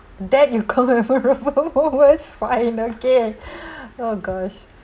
that you fine okay oh gosh